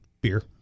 beer